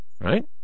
Right